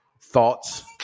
thoughts